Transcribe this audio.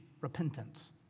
repentance